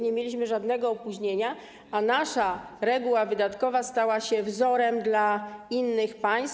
Nie mieliśmy żadnego opóźnienia, a nasza reguła wydatkowa stała się wzorem dla innych państw.